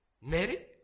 Mary